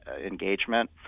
engagement